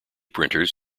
printers